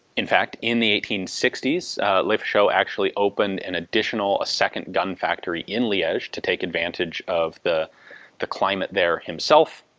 in fact, in the eighteen sixty s lefacheaux actually opened an additional, a second gun factory in liege to take advantage of the the climate there himself.